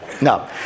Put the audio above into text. No